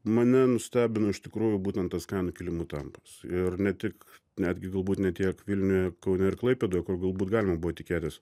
mane nustebino iš tikrųjų būtent tas kainų kilimų tempas ir ne tik netgi galbūt ne tiek vilniuje kaune ir klaipėdoje kur galbūt galima buvo tikėtis